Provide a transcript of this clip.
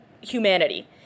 humanity